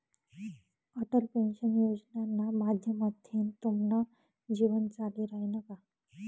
Atal pension योजनाना माध्यमथीन तुमनं जीवन चाली रायनं का?